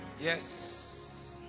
Yes